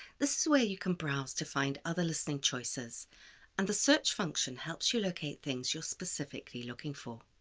this is where you can browse to find other listening choices and the search function helps you locate things you're specifically looking for.